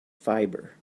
fibre